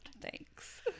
Thanks